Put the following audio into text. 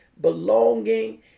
belonging